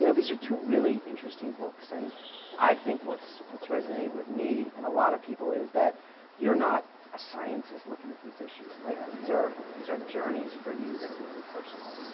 you know these are two really interesting books and i think what's what's resonated with me, and a lot of people, is that you're not a scientist looking at these issues. like these are these are journeys for you that are really personal,